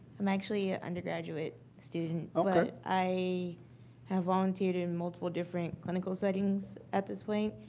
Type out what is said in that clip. i'm actually an undergraduate student. ah but i have volunteered in multiple different clinical settings at this point.